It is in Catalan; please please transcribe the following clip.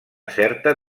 certa